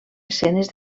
escenes